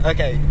Okay